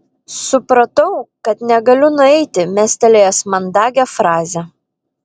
supratau kad negaliu nueiti mestelėjęs mandagią frazę